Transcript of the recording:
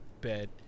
bed